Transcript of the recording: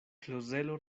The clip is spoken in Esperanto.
klozelo